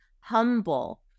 humble